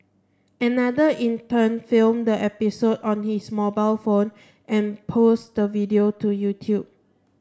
another intern filmed the episode on his mobile phone and posted the video to YouTube